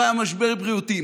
לא היה משבר בריאותי.